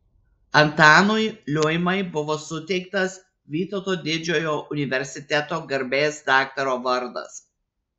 antanui liuimai buvo suteiktas vytauto didžiojo universiteto garbės daktaro vardas